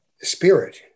spirit